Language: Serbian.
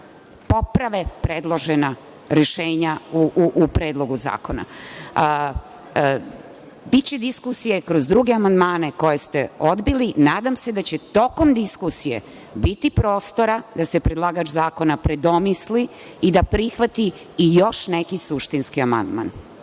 poprave predložena rešenja u Predlogu zakona. Biće diskusije kroz druge amandmane koje ste odbili, i nadam se da će tokom diskusije biti prostora da se predlagač zakona predomisli i da prihvati još neki suštinski amandman.